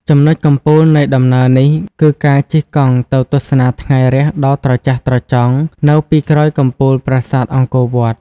ចំណុចកំពូលនៃដំណើរនេះគឺការជិះកង់ទៅទស្សនាថ្ងៃរះដ៏ត្រចះត្រចង់នៅពីក្រោយកំពូលប្រាសាទអង្គរវត្ត។